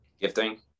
gifting